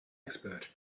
expert